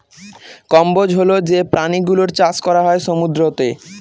কম্বোজ হল যে প্রাণী গুলোর চাষ করা হয় সমুদ্রতে